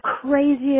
craziest